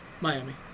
Miami